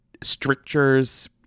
strictures